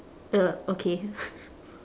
uh okay